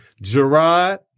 Gerard